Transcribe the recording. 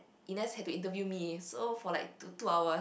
Ernest had to interview me so for like two two hours